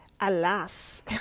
Alas